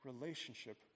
relationship